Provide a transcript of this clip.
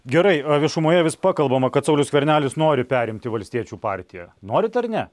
gerai o viešumoje vis pakalbama kad saulius skvernelis nori perimti valstiečių partiją norit ar ne